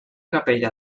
capella